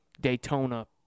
Daytona